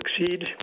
succeed